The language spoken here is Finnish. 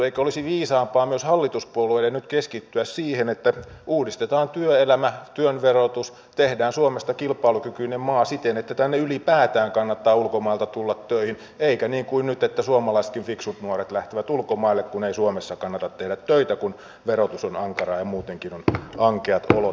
eikö olisi viisaampaa myös hallituspuolueiden nyt keskittyä siihen että uudistetaan työelämä työn verotus tehdään suomesta kilpailukykyinen maa siten että tänne ylipäätään kannattaa ulkomailta tulla töihin eikä niin kuin nyt että suomalaisetkin fiksut nuoret lähtevät ulkomaille kun ei suomessa kannata tehdä töitä kun verotus on ankaraa ja muutenkin on ankeat olot